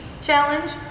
challenge